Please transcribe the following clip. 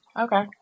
Okay